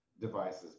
devices